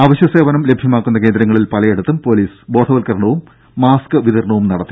അവശ്യസേവനം ലഭ്യമാക്കുന്ന കേന്ദ്രങ്ങളിൽ പലയിടത്തും പൊലീസ് ബോധവത്ക്കരണവും മാസ്ക് വിതരണവും നടത്തി